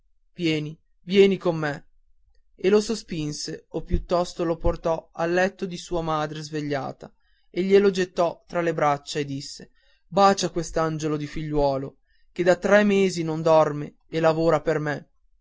vieni vieni con me e lo sospinse o piuttosto se lo portò al letto di sua madre svegliata e glielo gettò tra le braccia e le disse bacia quest'angiolo di figliuolo che da tre mesi non dorme e lavora per me